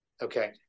okay